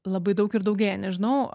labai daug ir daugėja nežinau